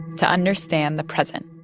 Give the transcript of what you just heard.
to understand the present